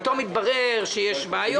פתאום התברר שיש בעיות,